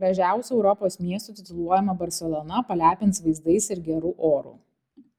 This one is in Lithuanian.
gražiausiu europos miestu tituluojama barselona palepins vaizdais ir geru oru